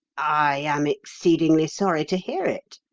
i am exceedingly sorry to hear it,